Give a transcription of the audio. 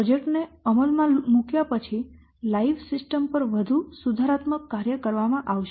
project ને અમલમાં મૂક્યા પછી 'લાઇવ' સિસ્ટમ પર વધુ સુધારાત્મક કાર્ય કરવામાં આવશે